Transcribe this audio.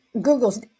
Google's